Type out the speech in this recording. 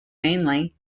mainly